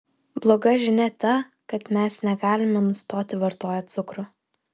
bloga žinia ta kad mes negalime nustoti vartoję cukrų